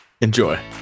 Enjoy